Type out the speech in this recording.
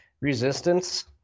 resistance